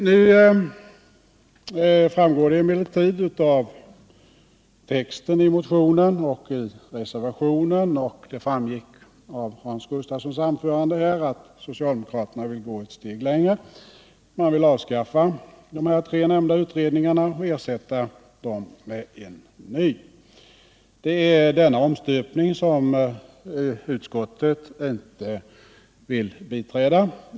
Nu framgår det emellertid av texten i motionen och reserverationen och av Hans Gustafssons anförande att socialdemokraterna vill gå ett steg längre. Man vill avskaffa de tre nämnda utredningarna och ersätta dem med en ny. Det är denna omstöpning som utskottet inte vill biträda.